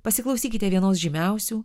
pasiklausykite vienos žymiausių